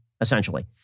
essentially